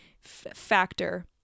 factor